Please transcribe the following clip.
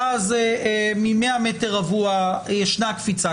ואז מ-100 מטר רבוע יש קפיצה.